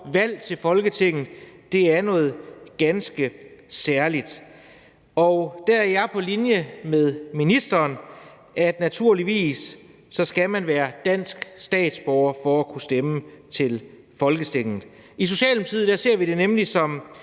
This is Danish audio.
valg til Folketinget er noget ganske særligt. Der er jeg på linje med ministeren, nemlig at man naturligvis skal være dansk statsborger for at kunne stemme til Folketinget. I Socialdemokratiet ser vi det nemlig som